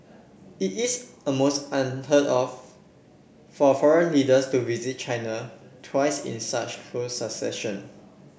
it is almost unheard of for foreign leaders to visit China twice in such close succession